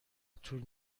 طول